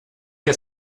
que